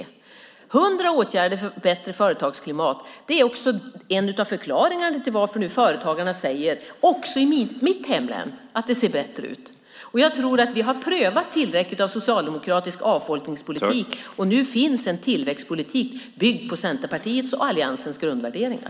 Detta med hundra åtgärder för ett bättre företagsklimat är också en av förklaringarna till att företagarna, också i mitt hemlän, säger att det nu ser bättre ut. Jag tror att vi har prövat tillräckligt av socialdemokratisk avfolkningspolitik. Nu finns det en tillväxtpolitik byggd på Centerpartiets och alliansens grundvärderingar.